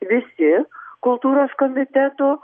visi kultūros komiteto